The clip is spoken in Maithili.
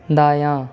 दायाँ